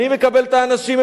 אני מקבל את האנשים,